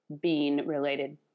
bean-related